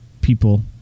people